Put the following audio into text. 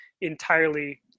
entirely